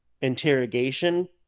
interrogation